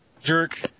jerk